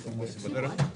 חוזרים ב-13:37.